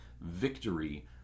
victory